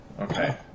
Okay